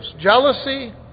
jealousy